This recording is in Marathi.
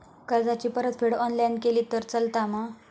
कर्जाची परतफेड ऑनलाइन केली तरी चलता मा?